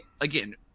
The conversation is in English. again